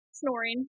snoring